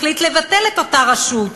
החליט לבטל את אותה רשות,